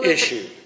issue